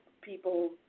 people –